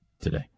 today